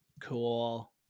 cool